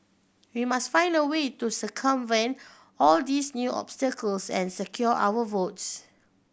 we must find a way to circumvent all these new obstacles and secure our votes